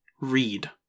read